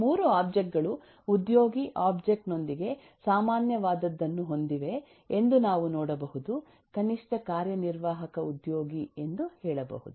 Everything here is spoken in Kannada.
ಈ 3 ಒಬ್ಜೆಕ್ಟ್ ಗಳು ಉದ್ಯೋಗಿ ಒಬ್ಜೆಕ್ಟ್ ನೊಂದಿಗೆ ಸಾಮಾನ್ಯವಾದದ್ದನ್ನು ಹೊಂದಿವೆ ಎಂದು ನಾವು ನೋಡಬಹುದು ಕನಿಷ್ಠ ಕಾರ್ಯನಿರ್ವಾಹಕ ಉದ್ಯೋಗಿ ಎಂದು ಹೇಳಬಹುದು